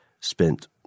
spent